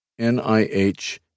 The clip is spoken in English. NIH